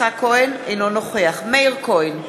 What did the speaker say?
אינו נוכח מאיר כהן,